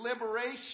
liberation